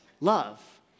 love